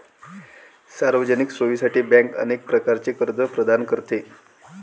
सार्वजनिक सोयीसाठी बँक अनेक प्रकारचे कर्ज प्रदान करते